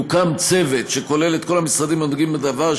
יוקם צוות שכולל את כל המשרדים הנוגעים בדבר,